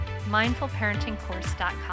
mindfulparentingcourse.com